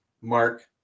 Mark